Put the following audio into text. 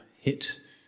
hit